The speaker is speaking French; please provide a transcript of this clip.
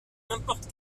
n’importe